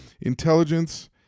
intelligence